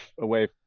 away